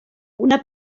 una